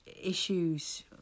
issues